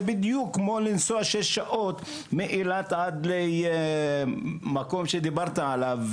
זה בדיוק כמו לנסוע שש שעות מאילת עד למקום שדיברת עליו,